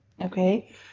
Okay